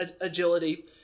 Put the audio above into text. agility